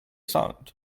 sound